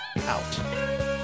out